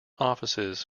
offices